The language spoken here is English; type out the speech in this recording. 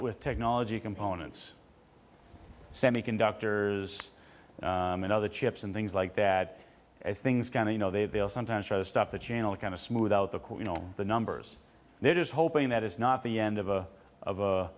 with technology components semiconductors and other chips and things like that as things can you know they they'll sometimes try to stop the channel kind of smooth out the you know the numbers they're just hoping that it's not the end of a of